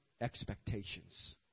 expectations